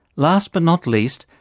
last but not least,